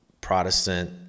Protestant